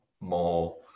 more